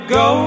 go